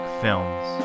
films